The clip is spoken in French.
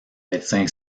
médecin